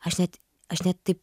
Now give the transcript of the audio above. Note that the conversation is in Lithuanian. aš net aš net taip